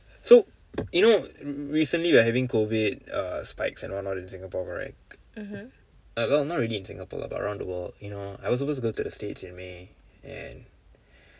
so you know recently we are having COVID err spikes and all not in Singapore right uh well not really in Singapore but around the world you know I was supposed to go to the states in may and